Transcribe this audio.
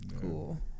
cool